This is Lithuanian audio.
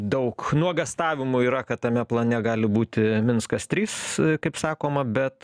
daug nuogąstavimų yra kad tame plane gali būti minskas trys kaip sakoma bet